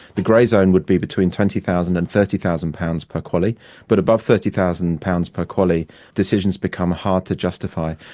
the grey zone would be between twenty thousand pounds and thirty thousand pounds per qaly but above thirty thousand pounds per qaly decisions become hard to justify.